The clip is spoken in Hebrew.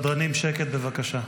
בבקשה.